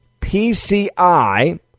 PCI